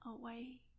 away